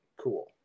cool